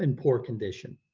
and poor condition.